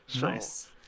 Nice